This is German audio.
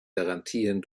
garantien